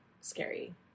scary